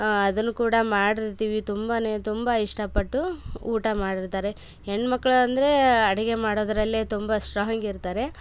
ಆ ಅದನ್ನು ಕೂಡ ಮಾಡಿರ್ತೀವಿ ತುಂಬನೆ ತುಂಬ ಇಷ್ಟಪಟ್ಟು ಊಟ ಮಾಡಿರ್ತಾರೆ ಹೆಣ್ಣು ಮಕ್ಕಳು ಅಂದರೆ ಅಡಿಗೆ ಮಾಡೋದರಲ್ಲೇ ತುಂಬ ಸ್ಟ್ರಾಂಗ್ ಇರ್ತಾರೆ